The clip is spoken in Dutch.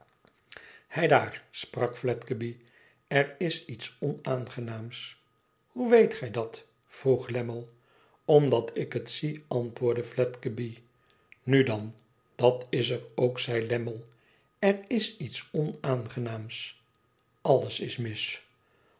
heidaar sprak fledgeby er is iets onaangenaams hoe weet gij dat vroeg lammie omdat ik het zie antwoordde fledgeby nu dan dat is er ook zei lammie er is iets onaangenaams alles is mis